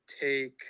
take –